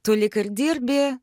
tu lyg ir dirbi